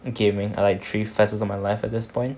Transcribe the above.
gaming are like three faces of my life at this point